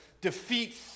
defeat